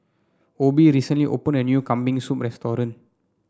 Obie recently opened a new Kambing Soup Restaurant